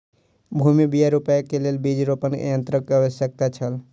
भूमि में बीया रोपअ के लेल बीज रोपण यन्त्रक आवश्यकता छल